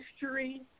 history